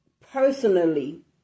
personally